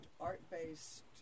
art-based